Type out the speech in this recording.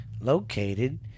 located